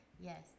Yes